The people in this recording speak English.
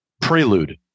prelude